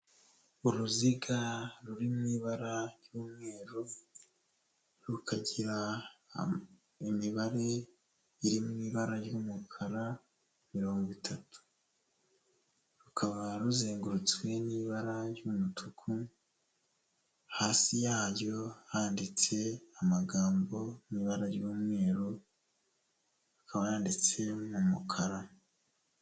Uruziga ruri mu ibara ry'umweru, rukagira imibare iri mu ibara ry'umukara mirongo itatu, rukaba ruzengurutswe n'ibara ry'umutuku, hasi yaryo handitse amagambo mu ibara ry'umweru ,akaba yanditse mu mukara.